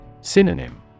Synonym